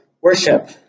worship